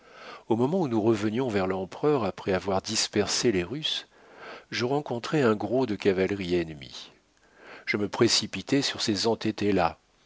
au moment où nous revenions vers l'empereur après avoir dispersé les russes je rencontrai un gros de cavalerie ennemie je me précipitai sur ces entêtés là